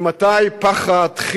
ממתי פחד,